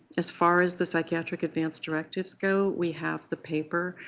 as far as the psychiatric advance directives go, we have the paper,